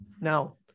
Now